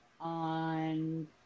on